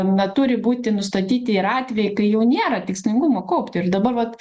na turi būti nustatyti ir atvejai kai jau nėra tikslingumo kaupti ir dabar vat